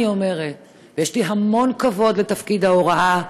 אני אומרת: יש לי המון כבוד לתפקיד ההוראה,